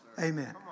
Amen